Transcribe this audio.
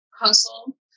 hustle